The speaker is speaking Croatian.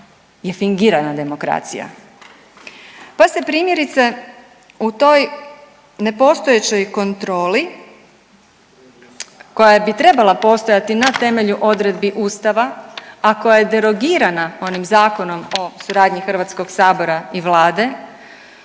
je fingirana demokracija. Pa se primjerice u toj nepostojećoj kontroli koja bi trebala postojati na temelju odredbi ustava, a koja je derogirana onim Zakonom o suradnji HS i vlade,